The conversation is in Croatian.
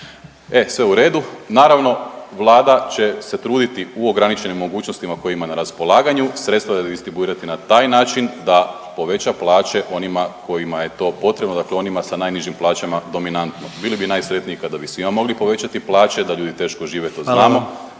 e sve u redu, naravno Vlada će se truditi u ograničenim mogućnostima koje ima na raspolaganju sredstva distribuirati na taj način da poveća plaće onima kojima je to potrebno, dakle onima sa najnižim plaćama dominantno, bili bi najsretniji kada bi svima mogli povećati plaće, da ljudi teško žive to